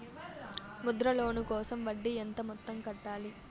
Mudra loan కోసం వడ్డీ ఎంత మొత్తం కట్టాలి